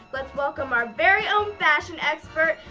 let's welcome our very own fashion expert,